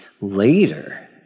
later